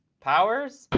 powers?